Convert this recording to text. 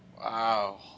wow